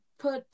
Put